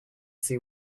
see